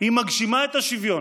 היא מגשימה את השוויון.